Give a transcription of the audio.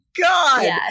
God